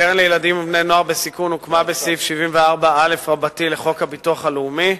הקרן לילדים ובני-נוער בסיכון הוקמה בסעיף 74א לחוק הביטוח הלאומי,